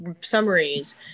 summaries